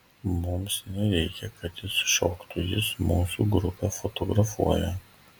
mums nereikia kad jis šoktų jis mūsų grupę fotografuoja